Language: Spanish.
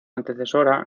antecesora